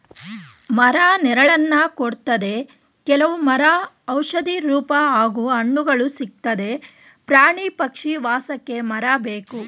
ಮರ ನೆರಳನ್ನ ಕೊಡ್ತದೆ ಕೆಲವ್ ಮರ ಔಷಧಿ ರೂಪ ಹಾಗೂ ಹಣ್ಣುಗಳು ಸಿಕ್ತದೆ ಪ್ರಾಣಿ ಪಕ್ಷಿ ವಾಸಕ್ಕೆ ಮರ ಬೇಕು